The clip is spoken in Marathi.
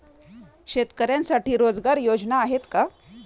शेतकऱ्यांसाठी रोजगार योजना आहेत का?